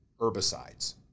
herbicides